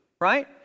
right